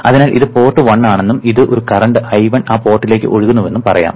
അതിനാൽ ഇത് പോർട്ട് 1 ആണെന്നും ഒരു കറന്റ് I1 ആ പോർട്ടിലേക്ക് ഒഴുകുന്നുവെന്നും പറയാം